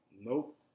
Nope